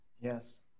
Yes